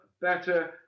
better